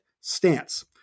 Stance